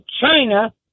China